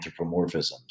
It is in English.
anthropomorphisms